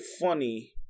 funny